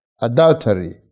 adultery